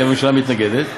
כי הממשלה מתנגדת,